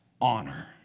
honor